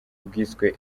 bwiswe